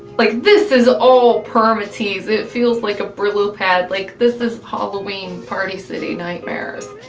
like this is all permatease, it feels like a brillo pad, like this is halloween party city nightmares.